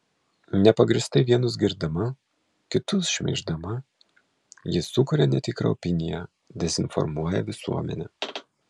nepagrįstai vienus girdama kitus šmeiždama ji sukuria netikrą opiniją dezinformuoja visuomenę